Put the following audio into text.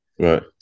right